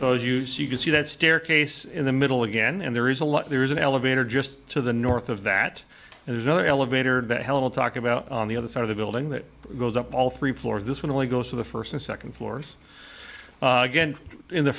those use you can see that staircase in the middle again and there is a lot there is an elevator just to the north of that and there's another elevator held talk about on the other side of the building that goes up all three floors this would only go to the first and second floors again in the